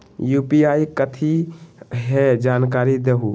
UPI कथी है? जानकारी दहु